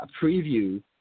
preview